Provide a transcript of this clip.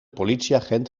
politieagent